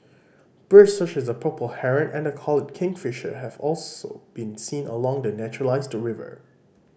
birds such as the purple Heron and the collared kingfisher have also been seen along the naturalised river